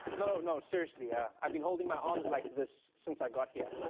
no, no, seriously, yeah i've been holding my arms like this since i got here.